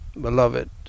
beloved